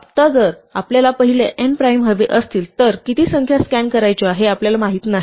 आता जर आपल्याला पहिले n प्राइम हवे असतील तर किती संख्या स्कॅन करायच्या हे आपल्याला माहित नाही